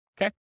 Okay